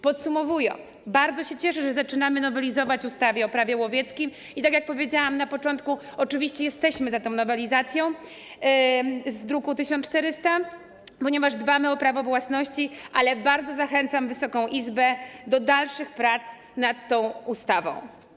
Podsumowując, bardzo się cieszę, że zaczynamy nowelizować ustawę - Prawo łowieckie i, tak jak powiedziałam na początku, oczywiście jesteśmy za nowelizacją z druku nr 1400, ponieważ dbamy o prawo własności, ale bardzo zachęcam Wysoką Izbę do dalszych prac nad tą ustawą.